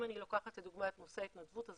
אם אני לוקחת כדוגמה את נושא ההתנדבות אז